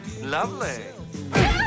Lovely